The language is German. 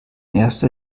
erster